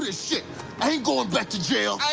ah shit. i ain't going back to jail. i